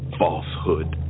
falsehood